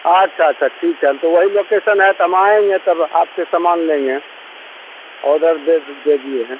अच्छा अच्छा ठीक है तो वही लोकेसन है तो हम आएँगे तब आपसे सामान लेंगे ऑडर दे दे दिए हैं